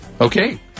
Okay